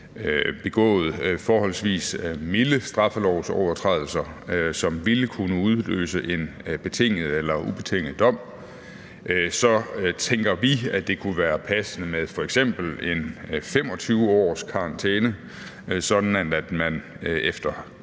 begået forholdsvis milde straffelovsovertrædelser, som ville kunne udløse en betinget eller ubetinget dom, så tænker vi, at det kunne være passende med f.eks. en 25-årskarantæne, sådan at den plet,